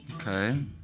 Okay